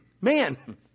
man